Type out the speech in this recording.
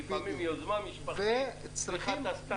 כי לפעמים יוזמה משפחתית צריכה את הסטרטר.